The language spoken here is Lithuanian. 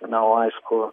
na o aišku